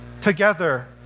together